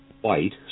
White